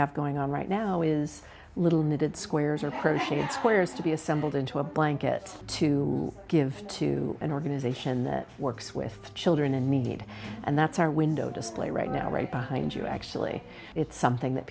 have going on right now is a little knitted squares are approaching its corners to be assembled into a blanket to give to an organization that works with children in need and that's our window display right now right behind you actually it's something that